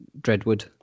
dreadwood